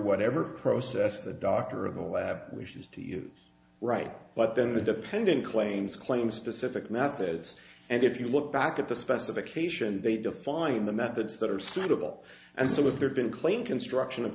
whatever process the doctor of the lab wishes to you right but then the dependent claims claim specific methods and if you look back at the specification they define the methods that are suitable and so if they're been claimed construction of